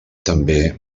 també